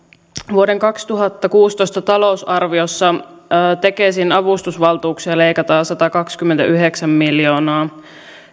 vuoden kaksituhattakuusitoista talousarviossa tekesin avustusvaltuuksia leikataan satakaksikymmentäyhdeksän miljoonaa